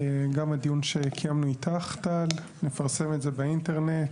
גם הדיון שקיימנו איתך, טל, נפרסם את זה באינטרנט.